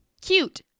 Cute